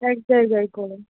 এক জায়গায় করে